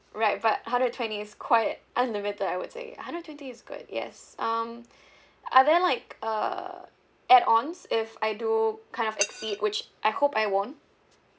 right but hundred twenty is quite unlimited I would say hundred twenty is good yes um are there like uh add-ons if I do kind of exceed which I hope I won't